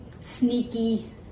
sneaky